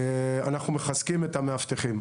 אנחנו מחזקים את המאבטחים.